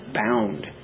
Bound